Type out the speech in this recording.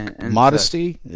modesty